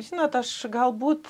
žinot aš galbūt